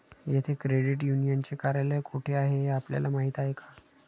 येथे क्रेडिट युनियनचे कार्यालय कोठे आहे हे आपल्याला माहित आहे का?